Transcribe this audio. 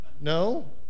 No